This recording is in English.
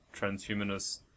transhumanist